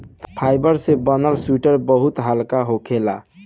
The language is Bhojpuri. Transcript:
फाइबर से बनल सुइटर बहुत हल्का होखेला